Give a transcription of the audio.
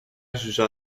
jugea